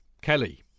Kelly